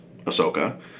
Ahsoka